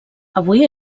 avui